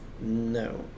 No